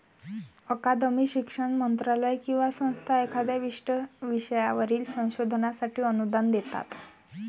अकादमी, शिक्षण मंत्रालय किंवा संस्था एखाद्या विशिष्ट विषयावरील संशोधनासाठी अनुदान देतात